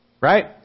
Right